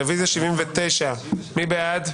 רביזיה על 57. מי בעד?